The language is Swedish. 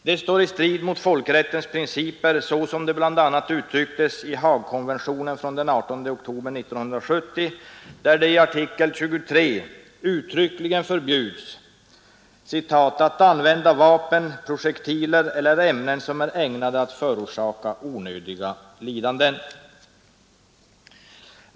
Det står i strid med folkrättens principer såsom de bl.a. uttrycks i Haagkonventionen av den 18 oktober 1907, där det i artikel 23 uttryckligen stadgas att det är förbjudet ”att använda vapen, projektiler eller ämnen som är ägnade att förorsaka onödiga lidanden”.